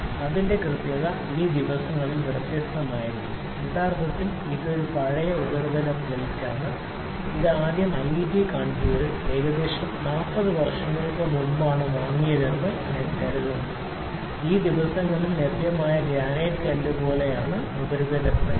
അതിന്റെ കൃത്യത ഈ ദിവസങ്ങളിൽ വ്യത്യസ്തമായിരിക്കും യഥാർത്ഥത്തിൽ ഇത് ഒരു പഴയ ഉപരിതല പ്ലെയിനാണ് ഇത് ആദ്യം ഐഐടി കാൺപൂരിൽ ഏകദേശം 40 വർഷങ്ങൾക്ക് മുമ്പാണ് വാങ്ങിയതെന്ന് ഞാൻ കരുതുന്നു ഈ ദിവസങ്ങളിൽ ലഭ്യമായ സ്ഥലങ്ങൾ ഗ്രാനൈറ്റ് കല്ല് പോലെയാണ് ഉപരിതല പ്ലേറ്റ്